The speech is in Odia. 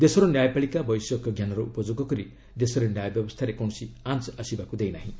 ଦେଶର ନ୍ୟାୟପାଳିକା ବୈଷୟିକଜ୍ଞାନର ଉପଯୋଗ କରି ଦେଶରେ ନ୍ୟାୟ ବ୍ୟବସ୍କାରେ କୌଣସି ଆଞ୍ଚ ଆସିବାକୁ ଦେଇ ନାହିଁ